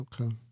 Okay